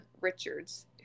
Richards